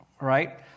right